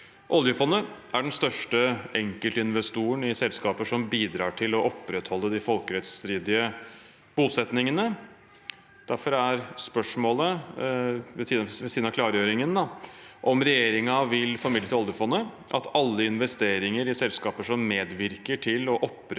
Oljefondet er den største enkeltinvestoren i selskaper som bidrar til å opprettholde de folkerettsstridige bosettingene. Derfor er spørsmålet – ved siden av klargjøringen – om regjeringen vil formidle til oljefondet at alle investeringer i selskaper som medvirker til å opprettholde